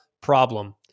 problem